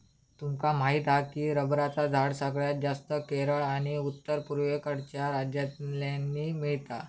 तुमका माहीत हा की रबरचा झाड सगळ्यात जास्तं केरळ आणि उत्तर पुर्वेकडच्या राज्यांतल्यानी मिळता